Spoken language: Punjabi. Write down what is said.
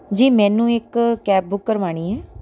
ਜੀ ਮੈਨੂੰ ਇੱਕ ਕੈਬ ਬੁੱਕ ਕਰਵਾਉਣੀ ਹੈ